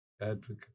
advocate